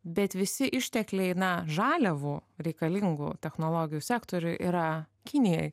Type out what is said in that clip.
bet visi ištekliai na žaliavų reikalingų technologijų sektoriuj yra kinijoj